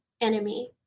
enemy